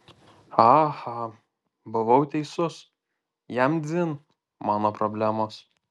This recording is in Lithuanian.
aha buvau teisus jam dzin mano problemos